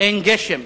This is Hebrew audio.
אין גשם.